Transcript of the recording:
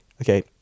Okay